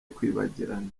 kwibagirana